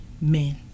men